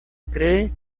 cree